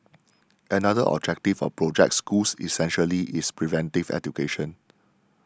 another objective of Project Schools essentially is preventive education